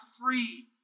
free